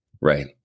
Right